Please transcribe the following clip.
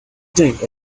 drink